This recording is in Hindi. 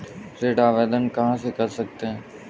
ऋण आवेदन कहां से कर सकते हैं?